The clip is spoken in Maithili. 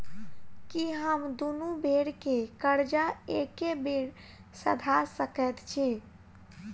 की हम दुनू बेर केँ कर्जा एके बेर सधा सकैत छी?